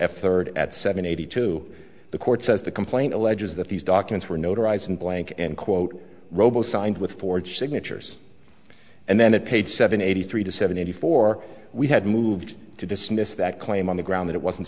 f third at seven eighty two the court says the complaint alleges that these documents were notarized and blank and quote robo signed with forged signatures and then it paid seven eighty three to seventy four we had moved to dismiss that claim on the ground that it wasn't